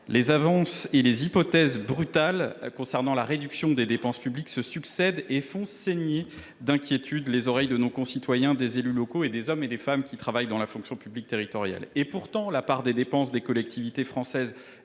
Les avances et les hypothèses brutales concernant la réduction des dépenses publiques se succèdent et font saigner d’inquiétude les oreilles de nos concitoyens, des élus locaux et des hommes et des femmes qui travaillent dans la fonction publique territoriale. Pourtant, la part des dépenses des collectivités françaises